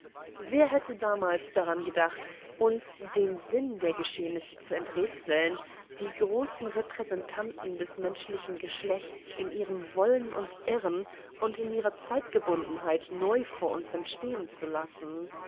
wer hätte damals daran gedacht uns den sinn der geschehnisse zu enträtseln die großen repräsentanten des menschlichen geschlechts in ihrem wollen und irren und in ihrer zeitgebundenheit neu vor uns erstehen zu lassen